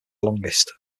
longest